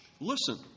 Listen